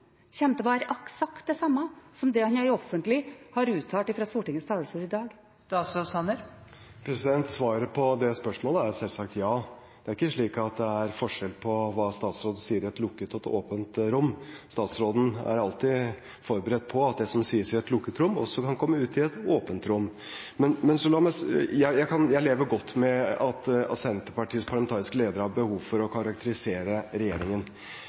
til å være eksakt det samme som det han offentlig har uttalt fra Stortingets talerstol i dag? Svaret på det spørsmålet er selvsagt ja. Det er ikke forskjell på det som statsråden sier i et lukket og et åpent rom. Statsråden er alltid forberedt på at det som sies i et lukket rom, også kan komme ut i et åpent rom. Jeg lever godt med at Senterpartiets parlamentariske leder har behov for å karakterisere regjeringen.